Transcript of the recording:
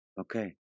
Okay